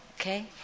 Okay